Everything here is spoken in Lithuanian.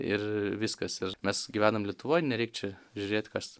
ir viskas ir mes gyvenam lietuvoj nereik čia žiūrėt kas